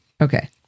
okay